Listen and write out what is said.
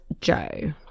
Joe